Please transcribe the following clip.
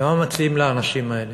ומה מציעים לאנשים האלה?